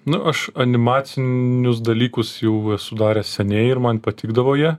nu aš animacinius dalykus jau esu daręs seniai ir man patikdavo jie